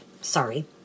Sorry